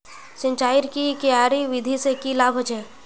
सिंचाईर की क्यारी विधि से की लाभ होचे?